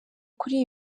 kuri